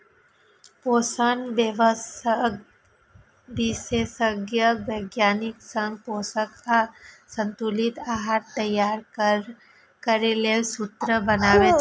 पोषण विशेषज्ञ वैज्ञानिक संग पोषक आ संतुलित आहार तैयार करै लेल सूत्र बनाबै छै